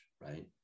right